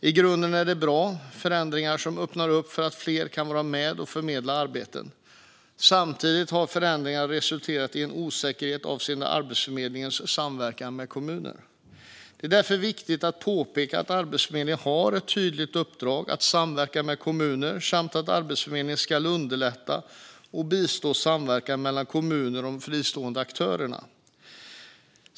I grunden är det bra förändringar, som öppnar upp för att fler kan vara med och förmedla arbeten. Samtidigt har förändringarna resulterat i en osäkerhet avseende Arbetsförmedlingens samverkan med kommuner. Det är därför viktigt att påpeka att Arbetsförmedlingen har ett tydligt uppdrag att samverka med kommunerna samt att Arbetsförmedlingen ska underlätta och bistå samverkan mellan kommuner och de fristående aktörerna.